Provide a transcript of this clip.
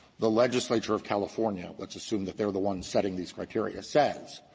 the legislature of california let's assume that they're the ones setting these criteria says,